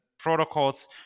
protocols